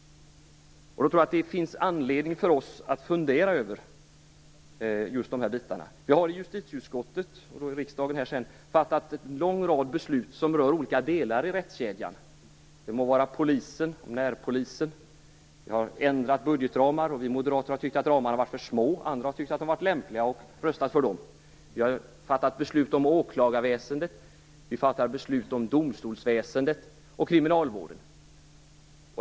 Det finns anledning för oss att fundera över just de här bitarna. Vi har i justitieutskottet - och sedan här i riksdagen - fattat en lång rad beslut som rör olika delar i rättskedjan, t.ex. närpolisen. Vi har ändrat budgetramarna, och vi moderater har tyckt att ramarna varit för snäva medan andra har tyckt att de varit lämpliga och röstat för dem. Vi har fattat beslut om åklagarväsendet, domstolsväsendet och kriminalvården.